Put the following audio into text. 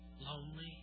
Lonely